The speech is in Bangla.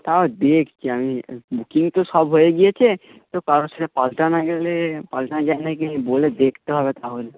তাও দেখছি আমি বুকিং তো সব হয়ে গিয়েছে তো কারও সাথে পালটানো গেলে পালটানো যায় না কি বলে দেখতে হবে তাহলে